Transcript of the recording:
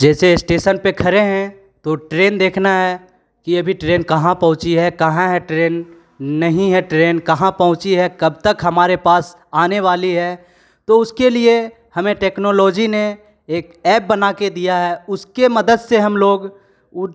जैसे इस्टेसन पे खड़े हैं तो ट्रेन देखना है कि अभी ट्रेन कहाँ पहुँची है कहाँ है ट्रेन नहीं है ट्रेन कहाँ पहुँची है कब तक हमारे पास आने वाली है तो उसके लिए हमें टेक्नोलॉजी ने एक ऐप्प बनाके दिया है उसके मदद से हम लोग उड